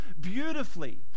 beautifully